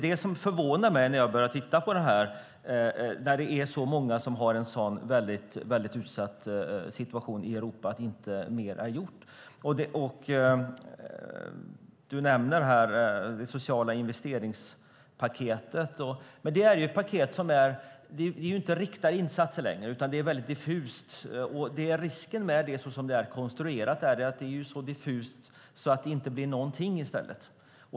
Det som förvånar mig när jag börjar titta på detta är att mer inte är gjort när det är så många som har en så utsatt situation i Europa. Statsrådet nämner det sociala investeringspaketet. Men det är ett paket som inte handlar om riktade insatser längre, utan det är mycket diffust. Risken med det såsom det är konstruerat är att det är så diffust att det inte blir någonting.